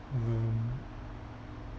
um